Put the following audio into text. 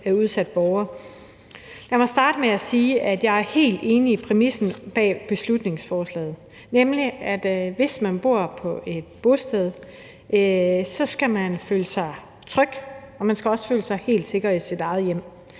udsat borger. Lad mig starte med at sige, at jeg er helt enig i præmissen for beslutningsforslaget, nemlig at man, hvis man bor på et bosted, skal kunne føle sig tryg, og at man også skal kunne føle sig helt sikker i sit eget hjem.